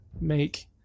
make